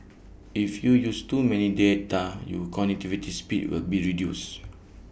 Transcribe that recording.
if you use too many data your connectivity speed will be reduced